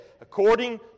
according